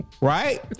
right